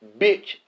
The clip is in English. bitch